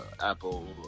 Apple